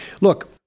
Look